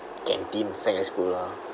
canteen secondary school lah